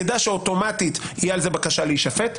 הוא ידע שאוטומטית תהיה על זה בקשה להישפט,